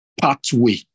pathway